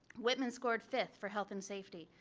whitman scored fifth for health and safety.